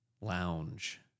lounge